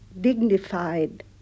dignified